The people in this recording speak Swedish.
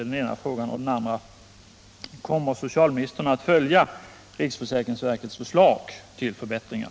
Den andra frågan lyder: Kommer socialministern att följa riksförsäkringsverkets förslag till förbättringar?